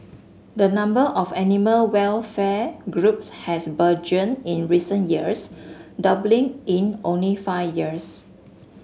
the number of animal welfare groups has burgeoned in recent years doubling in only five years